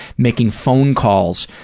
making phone calls,